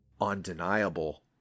undeniable